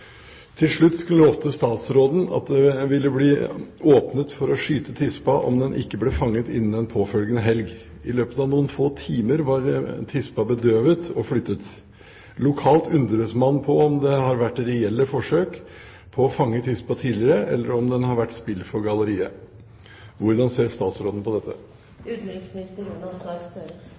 Til slutt lovte statsråden at det ville bli åpnet for å skyte tispa om den ikke ble fanget innen den påfølgende helg. I løpet av noen få timer var tispa bedøvet og flyttet. Lokalt undres man på om det har vært reelle forsøk på å fange tispa tidligere eller om det har vært «spill for galleriet». Hvordan ser statsråden på